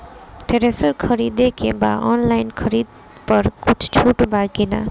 Thresher खरीदे के बा ऑनलाइन खरीद पर कुछ छूट बा कि न?